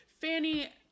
Fanny